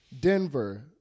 Denver